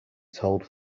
told